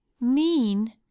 Mean